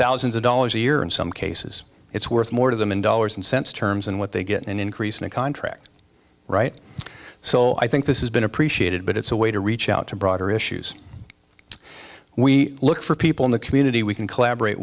thousands of dollars a year in some cases it's worth more to them in dollars and cents terms and what they get an increase in a contract right so i think this has been appreciated but it's a way to reach out to broader issues we look for people in the community we can collaborate